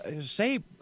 say